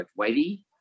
whitey